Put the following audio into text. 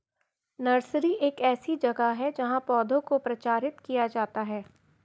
nursery एक ऐसी जगह है जहां पौधों को प्रचारित किया जाता है